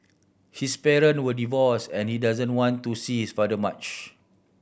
his parent were divorce and he doesn't want to see his father much